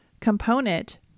component